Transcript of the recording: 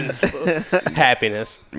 happiness